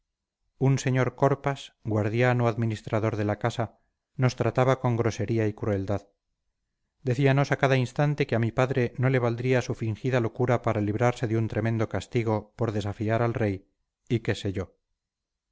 un sr corpas guardián o administrador de la casa nos trataba con grosería y crueldad decíanos a cada instante que a mi padre no le valdría su fingida locura para librarse de un tremendo castigo por desafiar al rey y qué sé yo